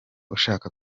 ushaka